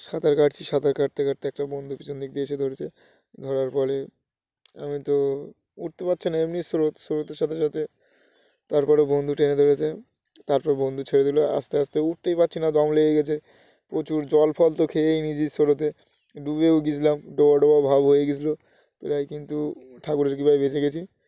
সাঁতার কাটছি সাঁতার কাটতে কাটতে একটা বন্ধু পিছন দিক দিয়ে এসে ধরেছে ধরার পরে আমি তো উঠতে পারছি না এমনি স্রোত স্রোতের সাথে সাথে তারপরও বন্ধু টেনে ধরেছে তারপর বন্ধু ছেড়ে দিলো আস্তে আস্তে উঠতেই পারছি না দম লেগে গেছে প্রচুর জল ফল তো খেয়েই নিয়েছি স্রোতে ডুবেও গিয়েছিলাম ডোবা ডোবা ভাব হয়ে গিয়েছিলো প্রায় কিন্তু ঠাকুরের কৃপাই বেঁচে গেছি